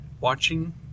watching